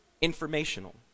informational